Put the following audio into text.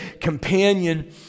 companion